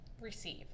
receive